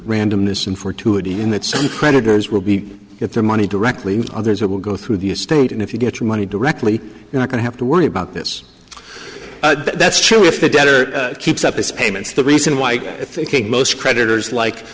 randomness and fortuity in that some creditors will be get their money directly others will go through the estate and if you get your money directly you are going to have to worry about this that's true if the debtor keeps up his payments the reason why i think most creditors like